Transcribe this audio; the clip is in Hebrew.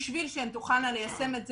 בשביל שהן יוכלו ליישם את זה,